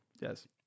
Yes